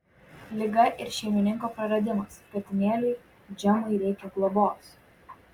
liga ir šeimininko praradimas katinėliui džemui reikia globos